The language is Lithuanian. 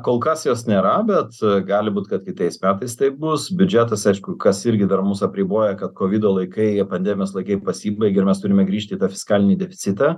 kol kas jos nėra bet gali būt kad kitais metais taip bus biudžetas aišku kas irgi dar mus apriboja kad kovido laikai pandemijos laikai pasibaigė ir mes turime grįžti į tą fiskalinį deficitą